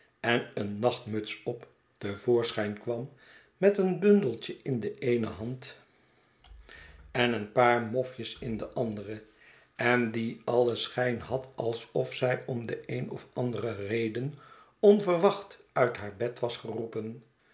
en een nachtmuts op te voorschijn kwam met een bundeltje in de eene hand en een paar een verkiezing mofjes in de andere en die alien sehijn had alsof zij om de een of andere reden onverwacht uit haar bed was geroepen